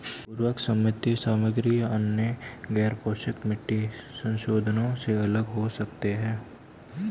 उर्वरक सीमित सामग्री या अन्य गैरपोषक मिट्टी संशोधनों से अलग हो सकते हैं